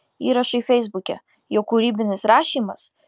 įrašai feisbuke jau kūrybinis rašymas